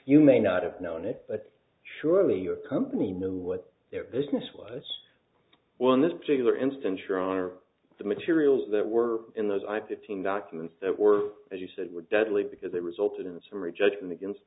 you may not have known it but surely your company knew what their business was well in this particular instance your honor the materials that were in those i fifteen documents that were as you said were deadly because they resulted in summary judgment against